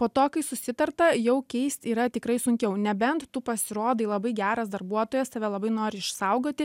po to kai susitarta jau keist yra tikrai sunkiau nebent tu pasirodai labai geras darbuotojas tave labai nori išsaugoti